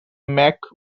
mac